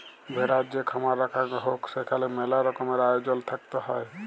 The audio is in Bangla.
ভেড়ার যে খামার রাখাঙ হউক সেখালে মেলা রকমের আয়জল থাকত হ্যয়